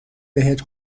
بهت